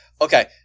Okay